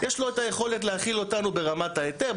יש לו את היכולת להכיל אותנו ברמת ההיתר,